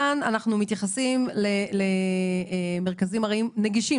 כאן אנחנו מתייחסים למרכזים ארעיים נגישים.